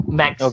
max